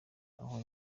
aho